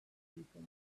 people